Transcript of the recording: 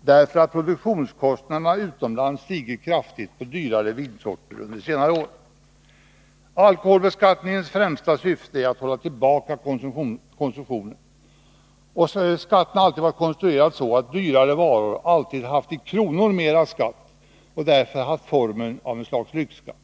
därför att produktionskostnaderna utomlands under senare år har stigit kraftigt när det gäller dyrare Nr 140 vinsorter. Torsdagen den Alkoholbeskattningens främsta syfte är att hålla tillbaka konsumtionen, 5 maj 1983 men skatten har alltid varit sådan att dyrare varor beskattats mera i kronor räknat, så att det fått formen av ett slags lyxskatt.